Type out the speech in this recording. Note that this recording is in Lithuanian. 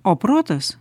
o protas